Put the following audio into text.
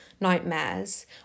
nightmares